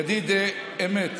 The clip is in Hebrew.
ידיד אמת.